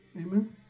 Amen